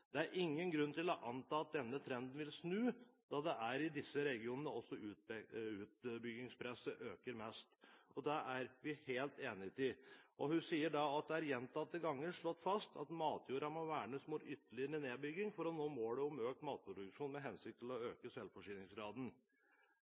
Det er ingen grunn til å anta at denne trenden vil snu, da det er i disse regionene at også utbyggingspresset øker mest.» Det er vi helt enig i. Og hun skriver: «Det er gjentatte ganger slått fast at matjorda må vernes mot ytterligere nedbygging, for å nå målet om økt matproduksjon med hensikt å øke